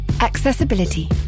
Accessibility